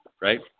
Right